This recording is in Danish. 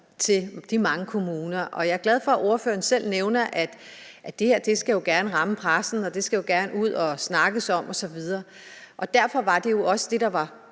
til de mange kommuner, og jeg er glad for, at ordføreren selv nævner, at det her jo gerne skal ramme pressen, og at det gerne skal ud at snakkes om osv. Derfor var det jo også det, der var